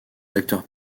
acteurs